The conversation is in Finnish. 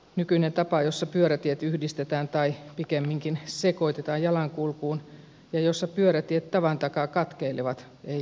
nykyinen tapa jossa pyörätiet yhdistetään tai pikemminkin sekoitetaan jalankulkuun ja jossa pyörätiet tavan takaa katkeilevat ei toimi